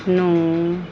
ਨੂੰ